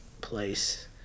place